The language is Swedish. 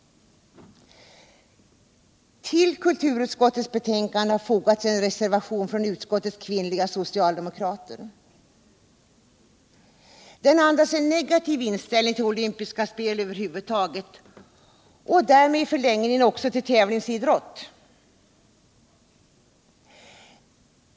Till kulturutskottets betänkande har fogats en reservation från utskottets kvinnliga socialdemokrater. Den andas en negativ inställning till olympiska spel över huvud taget och därmed i förlängningen också ull tävlingsidrot.